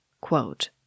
Quote